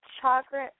chocolate